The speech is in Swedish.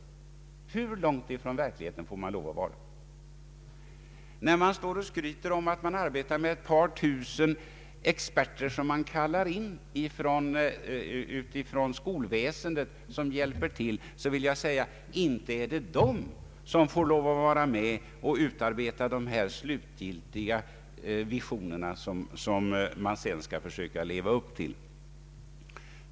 Hur långt från verkligheten får man vara? När man står och skryter om att man arbetar med ett par tusen experter som man kallar in utifrån skolväsendet för att hjälpa till, så vill jag säga: Inte är det de som får vara med och utarbeta de slutgiltiga visioner som man sedan skall försöka leva upp till!